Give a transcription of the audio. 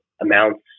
amounts